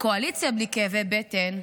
בקואליציה בלי כאבי בטן,